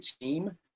team